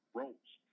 roles